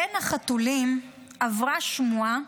בין החתולים עברה שמועה,